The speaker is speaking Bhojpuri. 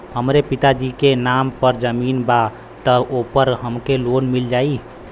हमरे पिता जी के नाम पर जमीन बा त ओपर हमके लोन मिल जाई?